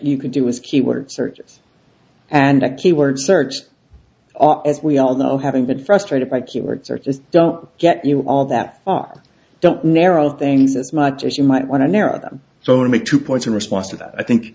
you can do is keyword searches and a keyword search as we all know having been frustrated by keyword searches don't get you all that often don't narrow things as much as you might want to narrow them so to make two points in response to that i